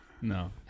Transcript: No